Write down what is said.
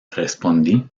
respondí